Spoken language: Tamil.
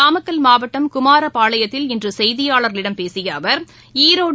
நாமக்கல் மாவட்டம் குமாரபாளையத்தில் இன்று செய்தியாளர்களிடம் பேசிய அவர் ஈரோடு